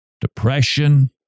depression